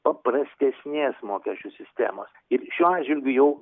paprastesnės mokesčių sistemos ir šiuo atžvilgiu jau